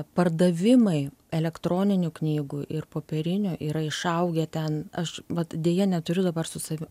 pardavimai elektroninių knygų ir popierinų yra išaugę ten aš vat deja neturiu dabar su savim